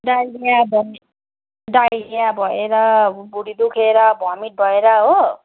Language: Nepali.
डाइरिया भमिट डाइरिया भएर भुँडी दुखेर भमिट भएर हो